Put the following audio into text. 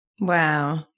wow